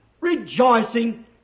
rejoicing